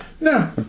No